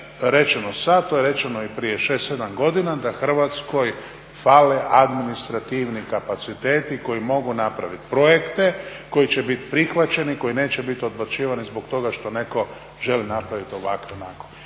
rečeno sada, to je rečeno i prije 6, 7 godina da Hrvatskoj fale administrativni kapaciteti koji mogu napraviti projekte koji će biti prihvaćeni, koji neće biti odbacivani zbog toga što netko želi napraviti ovako i onako.